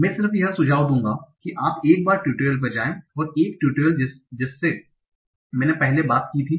मैं सिर्फ यह सुझाव दूंगा कि आप एक बार ट्यूटोरियल पर जाएं और एक ट्यूटोरियल जिससे मैंने पहले बात की थी